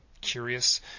curious